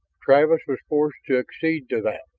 travis was forced to accede to that,